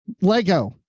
Lego